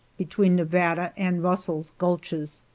between nevada and russell's gulches.